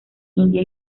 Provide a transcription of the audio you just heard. india